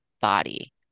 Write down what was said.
body